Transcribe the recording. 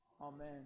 Amen